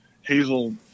Hazel